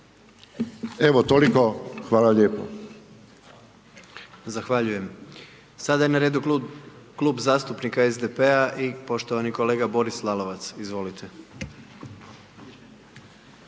Gordan (HDZ)** Zahvaljujem. Sada je na redu Klub zastupnika SDP-a i poštovani kolega Boris Lalovac. Izvolite.